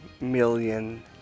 million